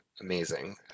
amazing